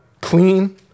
clean